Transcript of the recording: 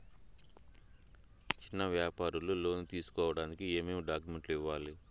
చిన్న వ్యాపారులు లోను తీసుకోడానికి ఏమేమి డాక్యుమెంట్లు ఇవ్వాలి?